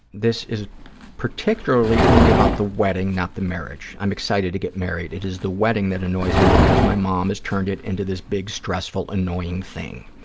this is particularly only about the wedding, not the marriage. i'm excited to get married. it is the wedding that annoys me because my mom has turned it into this big, stressful, annoying thing.